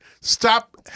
stop